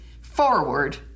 forward